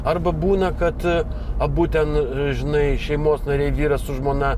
arba būna kad abu ten žinai šeimos nariai vyras su žmona